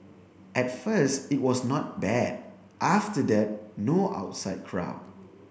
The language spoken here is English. at first it was not bad after that no outside crowd